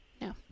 No